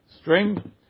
string